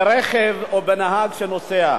לרכב ולנהג שנוסע,